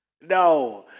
no